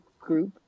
group